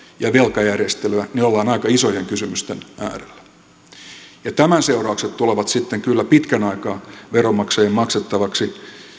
ja velkajärjestelyä me olemme aika isojen kysymysten äärellä ja tämän seuraukset tulevat sitten kyllä pitkän aikaa veronmaksajien maksettavaksi